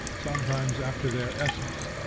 sometimes after their essence,